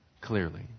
Clearly